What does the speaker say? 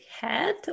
head